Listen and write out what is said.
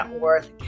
worth